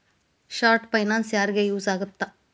short finance ಯಾರಿಗ use ಆಗತ್ತಾ